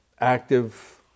Active